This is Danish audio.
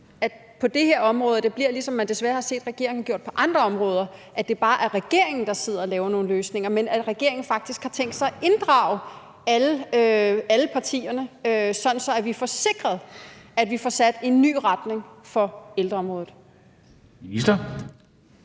det på det her område bliver, ligesom man desværre har set regeringen har gjort på andre områder, nemlig at det bare er regeringen, der sidder og laver nogle løsninger. Jeg håber, at regeringen faktisk har tænkt sig at inddrage alle partierne, sådan at vi får sikret, at vi får sat en ny retning for ældreområdet.